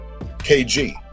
KG